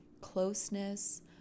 closeness